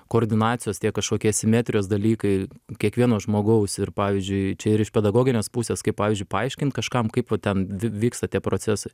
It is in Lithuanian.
koordinacijos tie kažkokie simetrijos dalykai kiekvieno žmogaus ir pavyzdžiui čia ir iš pedagoginės pusės kaip pavyzdžiui paaiškint kažkam kaip va ten vi vyksta tie procesai